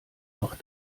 noch